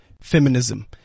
feminism